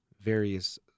various